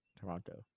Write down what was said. Toronto